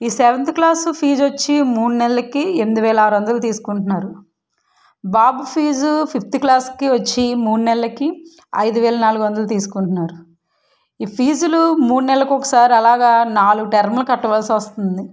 ఈ seventh class fee వచ్చి మూడు నెలలకి ఎనిమిది వేల ఆరు వందలు తీసుకుంటున్నారు బాబు ఫీజు ఫిఫ్త్ క్లాస్కి వచ్చి మూడు నెలలకి ఐదువేల నాలుగు వందలు తీసుకుంటున్నారు ఈ ఫీజులు మూడునెలల ఒకసారి అలాగ నాలుగు టర్ములు కట్టవల్సి వస్తుంది